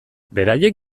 beraiek